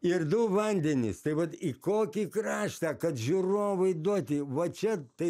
ir du vandenys tai vat į kokį kraštą kad žiūrovui duoti va čia tai